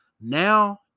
Now